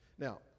Now